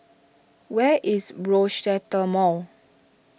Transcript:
where is Rochester Mall